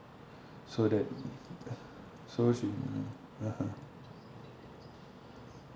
so that so she (uh huh)